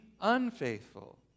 unfaithful